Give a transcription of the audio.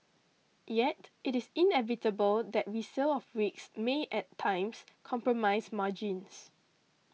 yet it is inevitable that resale of rigs may at times compromise margins